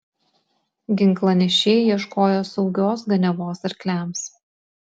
ginklanešiai ieškojo saugios ganiavos arkliams